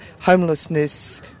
homelessness